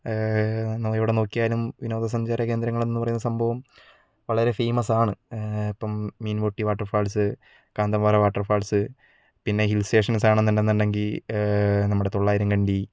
നമ്മൾ എവിടെ നോക്കിയാലും വിനോദ സഞ്ചാര കേന്ദ്രങ്ങൾ എന്നു പറയുന്ന സംഭവം വളരെ ഫെയ്മസാണ് ഇപ്പം Meenmutty water falls Kanthanpara water falls പിന്നെ ഹിൽ സ്റ്റേഷൻസ് ആണെന്നുണ്ടെങ്കിൽ നമ്മുടെ തൊള്ളായിരം കണ്ടി